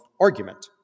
argument